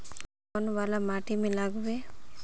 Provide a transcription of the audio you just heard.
कौन वाला माटी में लागबे?